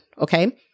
okay